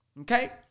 Okay